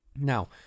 Now